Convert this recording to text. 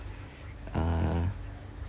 uh